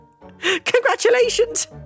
Congratulations